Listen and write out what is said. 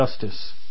justice